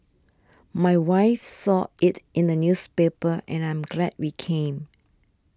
my wife saw it in the newspaper and I'm glad we came